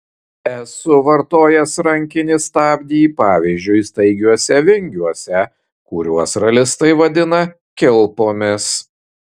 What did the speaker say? esu vartojęs rankinį stabdį pavyzdžiui staigiuose vingiuose kuriuos ralistai vadina kilpomis